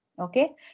okay